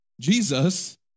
Jesus